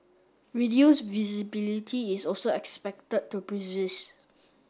reduced visibility is also expected to persist